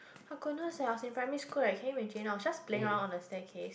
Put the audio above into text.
my goodness leh I was in primary school right can you imagine I was just playing around on the staircase